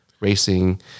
racing